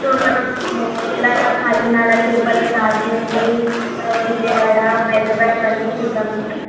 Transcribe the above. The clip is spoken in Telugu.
సో మనం ఇలాగ కాకినాడ తిరుపతి రాజమండ్రి తర్వాత విజయవాడ హైదరాబాద్ ఇవన్నీ చూద్దాం సార్